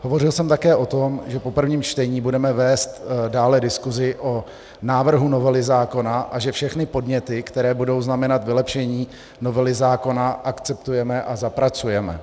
Hovořil jsem také o tom, že po prvním čtení budeme vést dále diskusi o návrhu novely zákona a že všechny podněty, které budou znamenat vylepšení novely zákona, akceptujeme a zapracujeme.